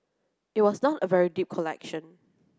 it was not a very deep collection